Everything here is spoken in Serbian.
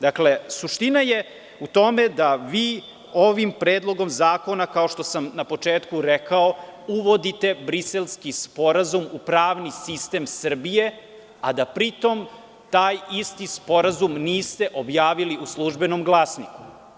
Dakle, suština je u tome da vi ovim predlogom zakona, kao što sam na početku rekao uvodite Briselski sporazum u pravni sistem Srbije a da pri tom taj isti sporazum niste objavili u „Službenom glasniku“